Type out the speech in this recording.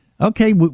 okay